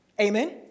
Amen